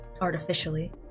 Artificially